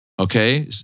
Okay